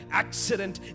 accident